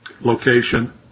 location